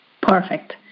Perfect